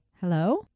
hello